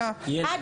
אני